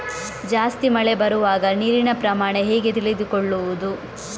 ಜಾಸ್ತಿ ಮಳೆ ಬರುವಾಗ ನೀರಿನ ಪ್ರಮಾಣ ಹೇಗೆ ತಿಳಿದುಕೊಳ್ಳುವುದು?